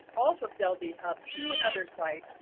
off of deldhub to another site,